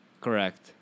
correct